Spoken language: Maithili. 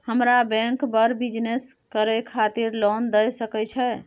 हमरा बैंक बर बिजनेस करे खातिर लोन दय सके छै?